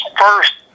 first